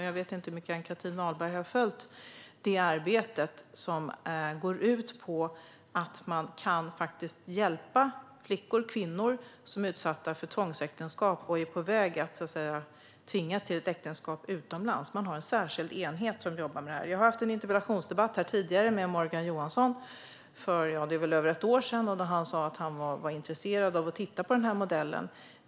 Jag vet inte hur mycket AnnChristin Ahlberg har följt arbetet där, som går ut på att hjälpa flickor och kvinnor som är utsatta för risken att ingå tvångsäktenskap utomlands. Det finns en särskild enhet som jobbar med dessa frågor. Jag har tidigare haft en interpellationsdebatt med Morgan Johansson - det var väl över ett år sedan - och han sa att han var intresserad av att titta på den modellen.